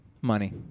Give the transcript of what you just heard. money